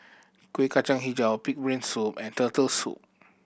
Kueh Kacang Hijau pig brain soup and Turtle Soup